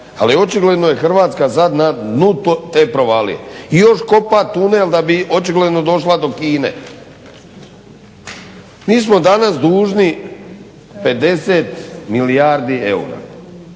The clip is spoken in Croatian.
ali očigledno je Hrvatska sad na dnu te provalije i još kopa tunel da bi očigledno došla do Kine. Mi smo danas dužni 50 milijardi eura.